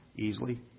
easily